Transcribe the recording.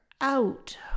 out